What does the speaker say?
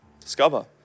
Discover